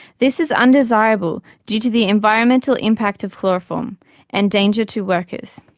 this is undesirable due to the environmental impact of chloroform and danger to workers.